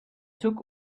took